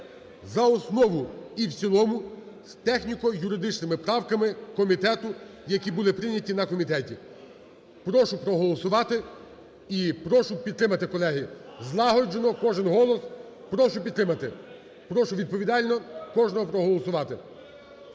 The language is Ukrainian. за основу і в цілому з техніко-юридичними правками комітету, які були прийняті на комітеті. Прошу проголосувати і прошу підтримати, колеги, злагоджено, кожен голос, прошу підтримати, прошу відповідально кожного проголосувати.